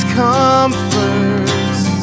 comforts